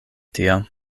tio